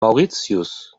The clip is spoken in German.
mauritius